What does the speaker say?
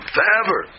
Forever